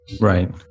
Right